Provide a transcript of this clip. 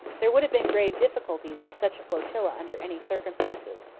there would have been grave difficulties with such a flotilla under any circumstances.